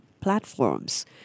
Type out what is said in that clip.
platforms